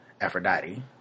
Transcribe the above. Aphrodite